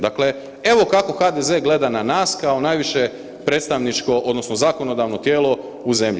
Dakle, evo kako HDZ gleda na nas kao najviše predstavničko odnosno zakonodavno tijelo u zemlji.